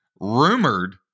rumored